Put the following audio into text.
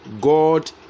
god